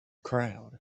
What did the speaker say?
crowd